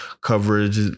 coverage